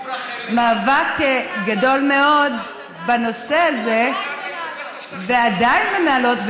ניהלו מאבק גדול מאוד בנושא הזה, ועדיין מנהלות.